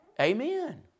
Amen